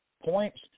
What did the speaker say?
points